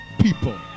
people